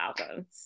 albums